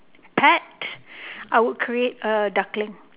pet I would create a duckling